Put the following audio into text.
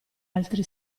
altri